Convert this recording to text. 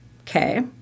okay